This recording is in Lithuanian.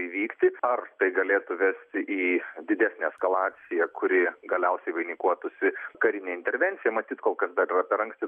įvykti ar tai galėtų vesti į didesnę eskalaciją kuri galiausiai vainikuotųsi karine intervencija matyt kol kas dar yra per anksti